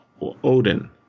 Odin